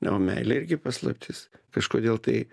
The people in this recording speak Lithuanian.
o meilė irgi paslaptis kažkodėl tai